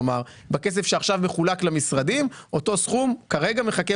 כלומר בכסף שעכשיו מחולק למשרדים אותו סכום כרגע מחכה